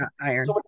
iron